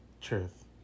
Truth